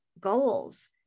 goals